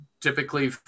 typically